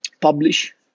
publish